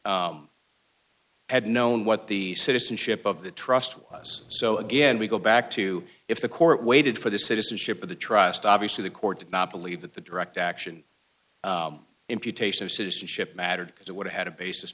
understood had known what the citizenship of the trust us so again we go back to if the court waited for the citizenship of the trust obviously the court did not believe that the direct action imputation of citizenship mattered because it would have had a basis